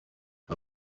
aba